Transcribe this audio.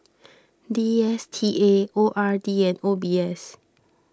D S T A O R D and O B S